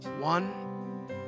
One